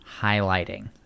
highlighting